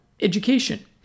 education